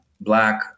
Black